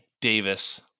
Davis